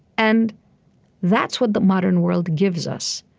and that's what the modern world gives us.